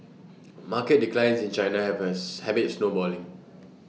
market declines in China have as habit snowballing